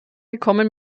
gekommen